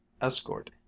escort